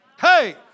Hey